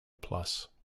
plus